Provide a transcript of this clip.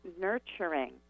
nurturing